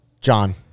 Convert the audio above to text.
John